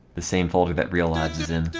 the same folder that real lives is in